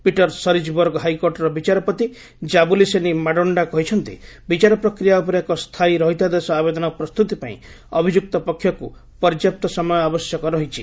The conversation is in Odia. ପିଟର ସରିଜ୍ବର୍ଗ ହାଇକୋର୍ଟର ବିଚାରପତି ଜାବୁଲିସେନି ମାଡୋଣ୍ଟୋ କହିଛନ୍ତି ବିଚାର ପ୍ରକ୍ରିୟା ଉପରେ ଏକ ସ୍ଥାୟୀ ରହିତାଦେଶ ଆବେଦନ ପ୍ରସ୍ତୁତି ପାଇଁ ଅଭିଯୁକ୍ତ ପକ୍ଷକୁ ପର୍ଯ୍ୟାପ୍ତ ସମୟ ଆବଶ୍ୟକ ରହିଛି